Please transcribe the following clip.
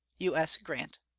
u s. grant.